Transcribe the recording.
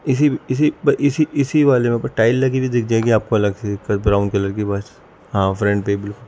اسی اسی بس اسی اسی والے میں بس ٹائل لگی ہوئی دکھ جائے گی آپ کو الگ سے کوئی براؤن کلر کی بس ہاں فرنٹ پہ ہی بالکل